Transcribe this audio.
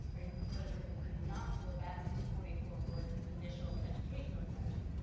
are you proposing that we could not go back to the forty four word initial educational exemption?